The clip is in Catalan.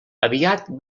aviat